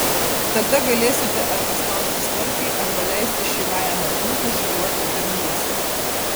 tada galėsite arba spausti smarkiai arba leisti šyvajam arkliukui šuoliuoti pirm jūsų